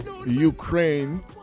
Ukraine